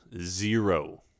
zero